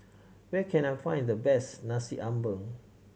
where can I find the best Nasi Ambeng